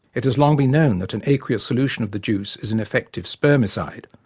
it has long been known that an aqueous solution of the juice is an effective spermicide,